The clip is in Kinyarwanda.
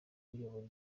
uyoboye